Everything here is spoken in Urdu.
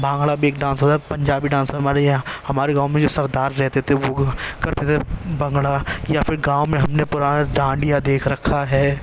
بھانگڑا بھی ایک ڈانس ہوتا ہے پنجابی ڈانس میں ہمارے یہاں ہمارے گاؤں میں سردار رہتے تھے وہ کرتے تھے بھنگڑا یا پھر گاؤں میں ہم نے پرانے ڈانڈیا دیکھ رکھا ہے